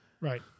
Right